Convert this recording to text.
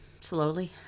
slowly